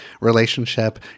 relationship